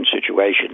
situation